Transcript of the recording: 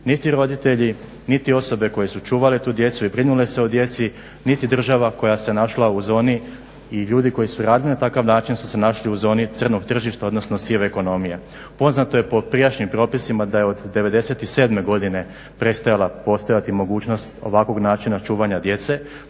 niti roditelji niti osobe koje su čuvale tu djecu i brinule se o djeci, niti država koja se našla u zoni i ljudi koji su radili na takav način su se našli u zoni crnog tržišta odnosno sive ekonomije. Poznato je po prijašnjim propisima da je od '97.godine prestajala postojati mogućnost ovakvog načina čuvanja djece,